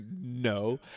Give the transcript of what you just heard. No